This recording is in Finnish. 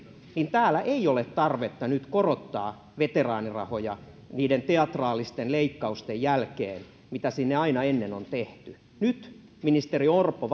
niin täällä ei ole tarvetta nyt korottaa veteraanirahoja niiden teatraalisten leikkausten jälkeen mitä sinne aina ennen on tehty nyt ministeri orpo